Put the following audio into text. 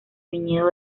viñedo